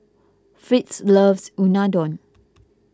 Fritz loves Unadon